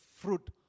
fruit